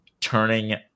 turning